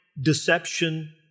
deception